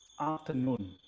afternoon